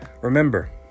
remember